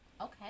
Okay